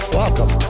welcome